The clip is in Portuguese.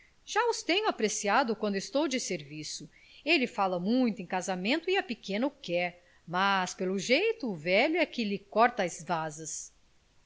já os tenho apreciado quando estou de serviço ele fala muito em casamento e a pequena o quer mas pelo jeito o velho é que lhe corta as asas